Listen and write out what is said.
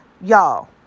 Y'all